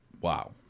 Wow